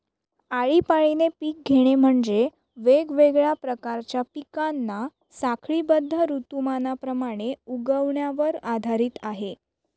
आळीपाळीने पिक घेणे म्हणजे, वेगवेगळ्या प्रकारच्या पिकांना साखळीबद्ध ऋतुमानाप्रमाणे उगवण्यावर आधारित आहे